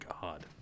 God